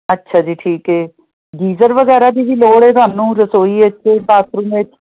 ਅੱਛਾ ਜੀ ਠੀਕ ਏ ਗੀਜ਼ਰ ਵਗੈਰਾ ਦੀ ਵੀ ਲੋੜ ਏ ਤੁਹਾਨੂੰ ਰਸੋਈ ਵਿੱਚ ਬਾਥਰੂਮ ਵਿੱਚ